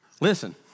Listen